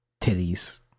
titties